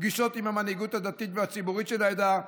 פגישות עם המנהיגות הדתית והציבורית של העדה,